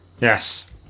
Yes